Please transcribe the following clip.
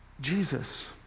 Jesus